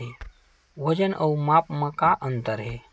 वजन अउ माप म का अंतर हे?